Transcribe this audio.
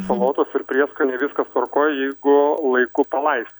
salotos ir prieskoniai viskas tvarkoj jeigu laiku palaist